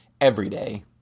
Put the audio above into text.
everyday